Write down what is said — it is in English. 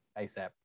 ASAP